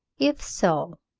if so,